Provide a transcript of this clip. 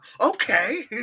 Okay